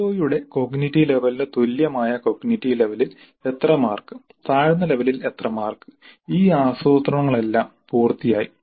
സിഒയുടെ cognitive ലെവലിന് തുല്യമായ cognitive ലെവലിൽ എത്ര മാർക്ക് താഴ്ന്ന ലെവലിൽ എത്ര മാർക്ക് ഈ ആസൂത്രണങ്ങളെല്ലാം പൂർത്തിയായി